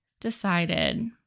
decided